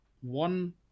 one